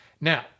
Now